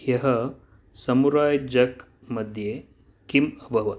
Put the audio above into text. ह्यः samurai Jack मध्ये किम् अभवत्